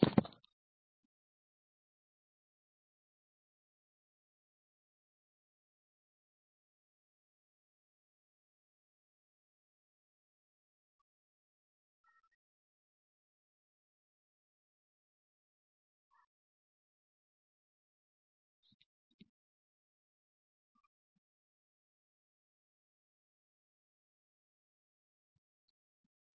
'black A' అనేది 'switching regulator'